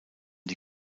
die